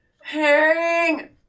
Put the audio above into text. Herring